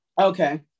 okay